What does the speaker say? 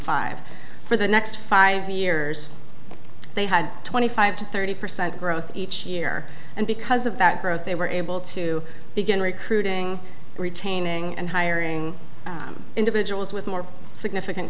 five for the next five years they had twenty five to thirty percent growth each year and because of that growth they were able to begin recruiting retaining and hiring individuals with more significant